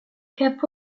cap